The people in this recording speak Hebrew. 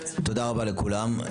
תודה רבה לכולם.